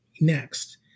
next